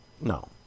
no